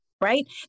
right